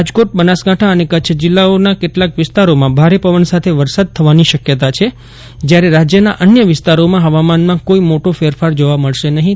રાજકોટ બનાસકાંઠા અને કચ્છ જિલ્લાઓના કેટલાક વિસ્તારોમાં ભારે પવન સાથે વરસાદ થવાની શક્યતા છે જ્યારે રાજ્યના અન્ય વિસ્તારોમાં હવામાનમાં કોઇ મોટો ફેરફાર જોવા મળશે નહીં